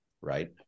right